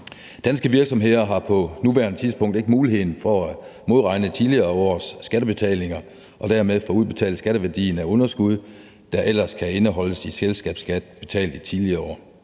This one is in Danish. Danske virksomheder har på nuværende tidspunkt ikke mulighed for at modregne tidligere års skattebetalinger og dermed få udbetalt skatteværdien af underskud, der ellers kan indeholdes i selskabsskat betalt i tidligere år.